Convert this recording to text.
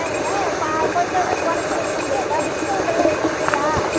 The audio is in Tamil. சரிங்க இப்போ கொஞ்சம் வந்து இது கொறைச்சி கொடுக்க முடியாதா டிஸ்கவுண்ட்டெல்லாம் ஏதும் இல்லையா